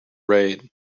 raid